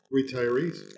retirees